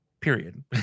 Period